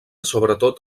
sobretot